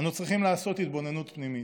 אנו צריכים לעשות התבוננות פנימית.